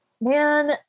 man